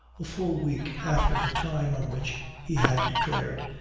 a full week after the time on which he had declared,